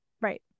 right